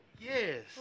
Yes